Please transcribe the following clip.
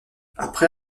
après